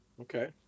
Okay